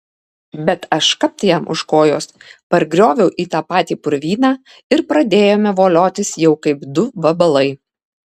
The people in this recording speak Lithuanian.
bet aš kapt jam už kojos pargrioviau į tą patį purvyną ir pradėjome voliotis jau kaip du vabalai